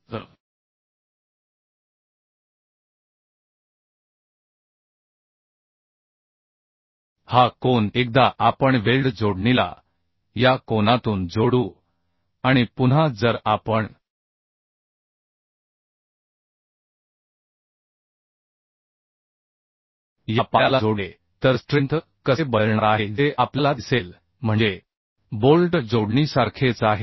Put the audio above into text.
तर हा कोन एकदा आपण वेल्ड जोडणीला या कोनातून जोडू आणि पुन्हा जर आपणया पायाला जोडले तर स्ट्रेंथ कसे बदलणार आहे जे आपल्याला दिसेल म्हणजे बोल्ट जोडणीसारखेच आहे